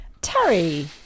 Terry